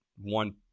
one